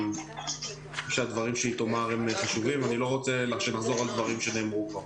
לא רוצה שנחזור על דברים שנאמרו פה.